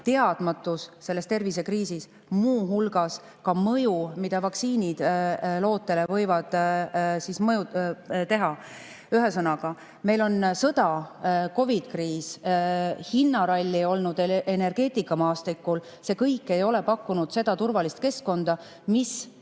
teadmatus selles tervisekriisis, muu hulgas ka mõju, mida vaktsiinid lootele võivad teha. Ühesõnaga, meil on sõda, COVID-i kriis, hinnaralli energeetikamaastikul. See kõik ei ole pakkunud seda turvalist keskkonda, mis